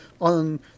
on